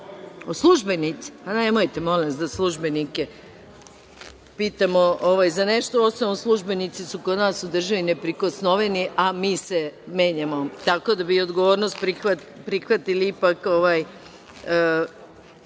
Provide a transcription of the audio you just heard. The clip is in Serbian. Službenici? Nemojte molim vas da službenike pitamo za nešto, uostalom službenici su kod nas u državi ne prikosnoveni, a mi se menjamo. Tako da bi odgovornost morali prihvatili ipak